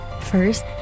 First